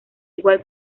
igual